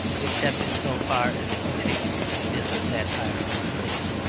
except in so far as the city is a satire on the city.